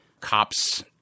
cops